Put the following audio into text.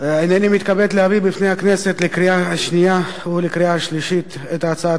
הנני מתכבד להביא בפני הכנסת לקריאה השנייה ולקריאה השלישית את הצעת